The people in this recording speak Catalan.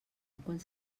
quan